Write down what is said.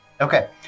okay